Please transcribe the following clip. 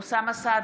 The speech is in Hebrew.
אוסאמה סעדי,